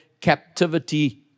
captivity